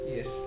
Yes